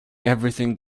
everything